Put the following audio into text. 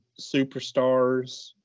superstars